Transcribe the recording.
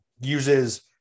uses